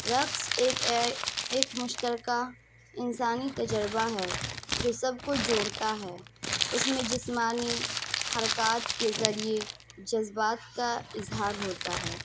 رقص ایک ایک مشترکہ انسانی تجربہ ہے جو سب کو جوڑتا ہے اس میں جسمانی حرکات کے ذریعے جذبات کا اظہار ہوتا ہے